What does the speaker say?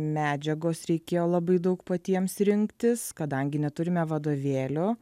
medžiagos reikėjo labai daug patiems rinktis kadangi neturime vadovėlių